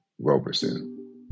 Roberson